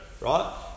right